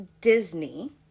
Disney